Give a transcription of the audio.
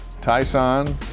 Tyson